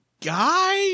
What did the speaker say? guy